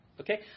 okay